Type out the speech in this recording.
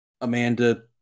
Amanda